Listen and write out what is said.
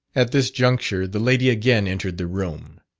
at this juncture the lady again entered the room.